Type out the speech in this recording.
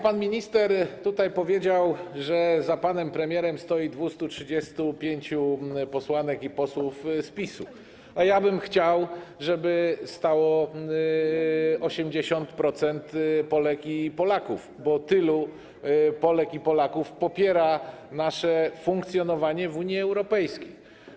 Pan minister tutaj powiedział, że za panem premierem stoi 235 posłanek i posłów z PiS-u, a ja bym chciał, żeby stało 80% Polek i Polaków, bo tyle Polek i tylu Polaków popiera nasze funkcjonowanie w Unii Europejskiej.